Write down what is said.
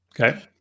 Okay